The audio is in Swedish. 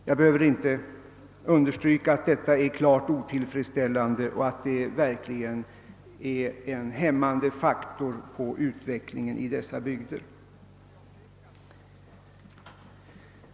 Jag behöver inte särskilt betona att detta är klart otillfredsställande och verkligen hämmar utvecklingen i dessa bygder.